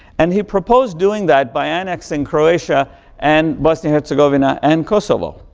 and he proposed doing that by annexing croatia and bosnia-herzegovina and kosovo.